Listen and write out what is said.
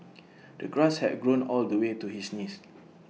the grass had grown all the way to his knees